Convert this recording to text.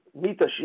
Mita